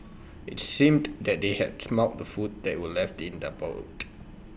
IT seemed that they had smelt the food that were left in the boot